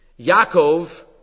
Yaakov